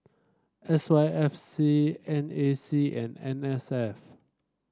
S Y F C N A C and N S F